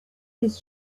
his